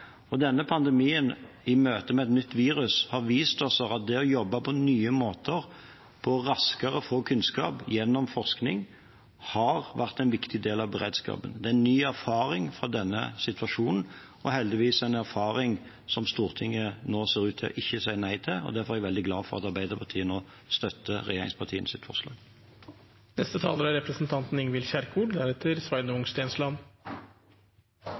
Denne pandemien, møtet med et nytt virus, har vist oss at det å jobbe på nye måter for raskere å få kunnskap gjennom forskning har vært en viktig del av beredskapen. Det er en ny erfaring fra denne situasjonen og heldigvis en erfaring som Stortinget nå ser ut til ikke å si nei til, og derfor er jeg veldig glad for at Arbeiderpartiet nå støtter